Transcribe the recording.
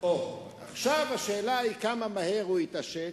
או, עכשיו השאלה היא כמה מהר הוא יתעשת.